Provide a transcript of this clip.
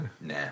Nah